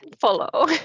follow